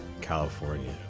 California